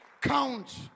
count